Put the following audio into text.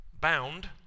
bound